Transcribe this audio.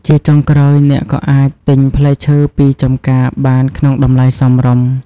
ជាចុងក្រោយ អ្នកក៏អាចទិញផ្លែឈើពីចម្ការបានក្នុងតម្លៃសមរម្យ។